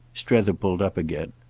strether pulled up again.